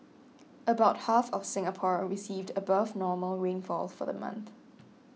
about half of Singapore received above normal rainfall for the month